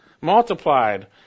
Multiplied